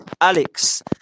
Alex